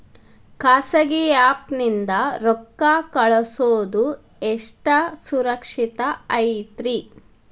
ಖಾಸಗಿ ಆ್ಯಪ್ ನಿಂದ ರೊಕ್ಕ ಕಳ್ಸೋದು ಎಷ್ಟ ಸುರಕ್ಷತಾ ಐತ್ರಿ?